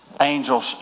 angels